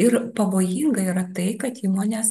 ir pavojinga yra tai kad įmonės